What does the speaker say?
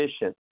efficient